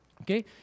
Okay